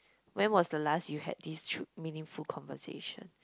when was the last you had this tru~ meaningful conversation